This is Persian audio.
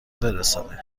برسانید